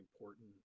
important